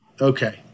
Okay